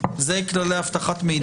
זה כללי אבטחת מידע?